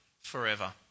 forever